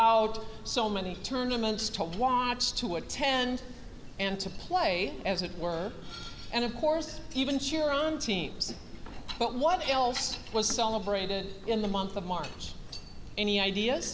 out so many tournaments told watch to attend and to play as it were and of course even cheer on teams but what else was celebrated in the month of march any ideas